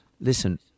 listen